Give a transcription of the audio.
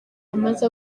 amaze